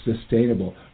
sustainable